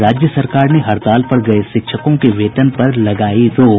और राज्य सरकार ने हड़ताल पर गये शिक्षकों के वेतन पर लगायी रोक